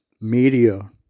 media